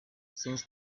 since